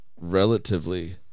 relatively